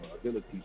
ability